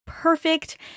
perfect